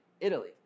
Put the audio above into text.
Italy